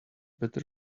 better